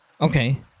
Okay